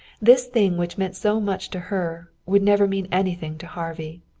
this thing which meant so much to her would never mean anything to harvey.